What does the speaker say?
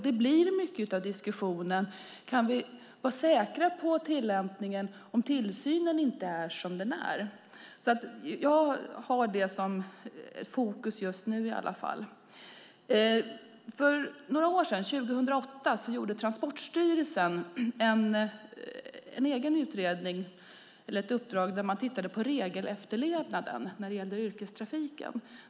Det blir mycket det som blir diskussionen: Kan vi vara säkra på tillämpningen om tillsynen inte är som den ska? Jag har alltså detta som fokus just nu i alla fall. För några år sedan, 2008, gjorde Transportstyrelsen en egen utredning där man tittade på regelefterlevnaden när det gällde yrkestrafiken.